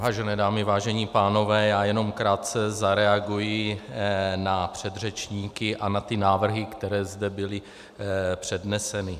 Vážené dámy, vážení pánové, já jenom krátce zareaguji na předřečníky a na ty návrhy, které zde byly předneseny.